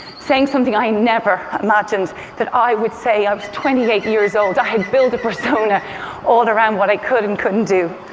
saying something i never imagined that i would say. i was twenty eight years old. i had built a persona all around what i could and couldn't do.